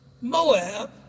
Moab